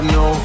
no